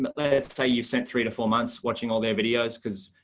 but let's say you sent three to four months watching all their videos, because,